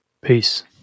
Peace